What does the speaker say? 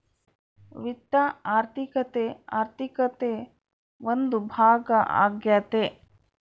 ವಿತ್ತ ಆರ್ಥಿಕತೆ ಆರ್ಥಿಕತೆ ಒಂದು ಭಾಗ ಆಗ್ಯತೆ